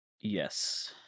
Yes